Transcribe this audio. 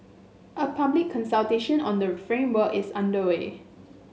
a public consultation on the framework is underway